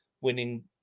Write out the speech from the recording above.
winning